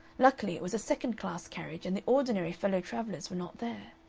luckily it was a second-class carriage and the ordinary fellow-travellers were not there.